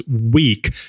week